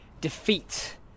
defeat